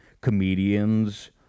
comedians